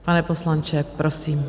Pane poslanče, prosím.